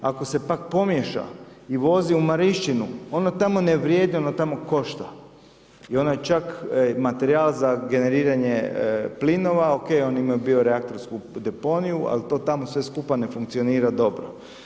Ako se pak pomiješa i vozi u Marišćinu ono tamo ne vrijedi, ono tamo košta i ono je čak materijal za generiranje plinova, ok oni imaju bio reaktorsku deponiju al to tamo sve skupa ne funkcionira dobro.